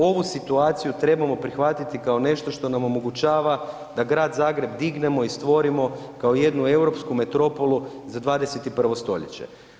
Ovu situaciju trebamo prihvatiti kao nešto što nam omogućava da grad Zagreb dignemo i stvorimo kao jednu europsku metropolu za 21. stoljeće.